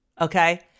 okay